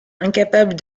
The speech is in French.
incapable